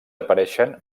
apareixen